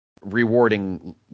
rewarding